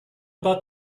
about